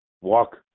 walk